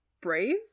brave